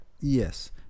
Yes